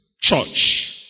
church